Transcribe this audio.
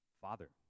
Father